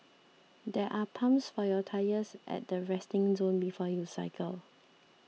there are pumps for your tyres at the resting zone before you cycle